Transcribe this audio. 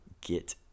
get